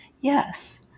Yes